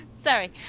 Sorry